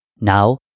Now